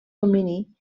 domini